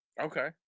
Okay